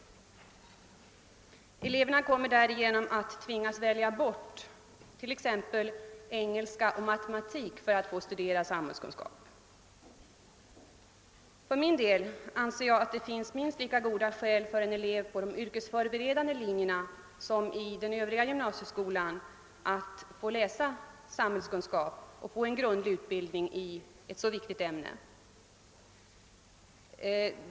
Eleverna kommer därigenom att tvingas välja bort exempelvis engelska och matematik för att kunna studera samhällskunskap. För min del anser jag att det finns minst lika goda skäl att ge en elev på de yrkesförberedande linjerna som andra elever i gymnasieskolan en grundlig utbildning i detta så viktiga ämne.